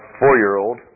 four-year-old